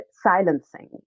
silencing